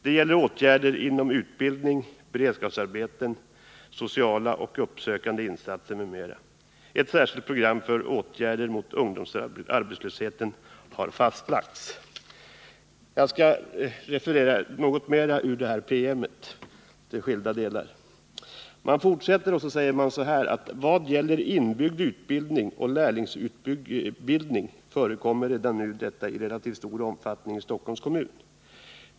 Det gäller åtgärder inom utbildning, beredskapsarbeten, sociala och uppsökande insatser m.m. Ett särskilt program för åtgärder för ungdomsarbetslösheten har fastlagts.” Jag skall referera något mer ur den här promemorian, i skilda delar. Man fortsätter: ”Vad gäller inbyggd utbildning och lärlingsutbildning förekommer detta redan nu i relativt stor omfattning i Stockholms kommun.